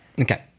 Okay